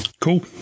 cool